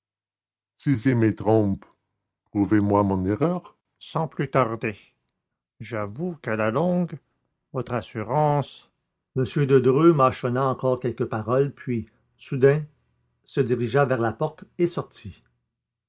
si je me trompe prouvez-moi mon erreur sans plus tarder j'avoue qu'à la longue votre assurance m de dreux mâchonna encore quelques paroles puis soudain se dirigea vers la porte et sortit